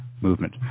movement